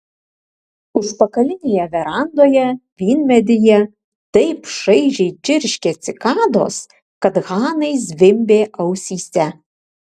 užpakalinėje verandoje vynmedyje taip šaižiai čirškė cikados kad hanai zvimbė ausyse